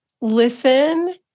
listen